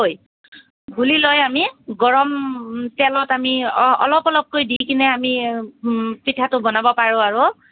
গুলি লৈ আমি গৰম তেলত আমি অলপ অলপকৈ দি কিনে আমি পিঠাটো বনাব পাৰোঁ আৰু